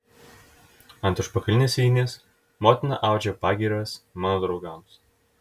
ant užpakalinės sėdynės motina audžia pagyras mano draugams